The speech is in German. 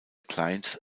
clients